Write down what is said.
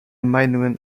meinung